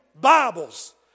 Bibles